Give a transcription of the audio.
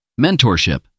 Mentorship